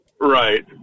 Right